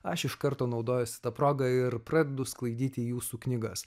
aš iš karto naudojuosi ta proga ir pradedu sklaidyti jūsų knygas